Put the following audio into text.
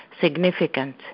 significant